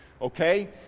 okay